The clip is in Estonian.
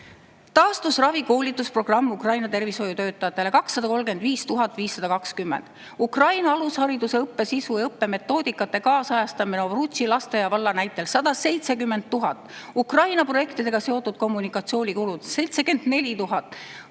taastusravi koolituse programm Ukraina tervishoiutöötajatele – 235 520 –, Ukraina alushariduse õppe sisu ja õppemetoodikate kaasajastamine Ovrutši lasteaia näitel – 170 000 –, Ukraina projektidega seotud kommunikatsioonikulud – 74 000